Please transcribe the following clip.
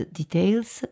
details